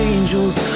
Angels